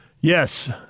Yes